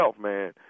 man